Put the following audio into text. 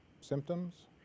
symptoms